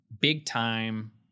big-time